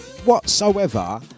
whatsoever